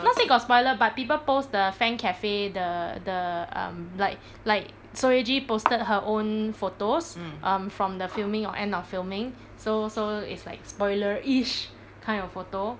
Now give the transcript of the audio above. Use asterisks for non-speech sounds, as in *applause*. not say got spoiler but people post the fan cafe the the um like *breath* like so ye ji posted her own photos from the filming or end of filming so so it's like spoiler-ish kind of photo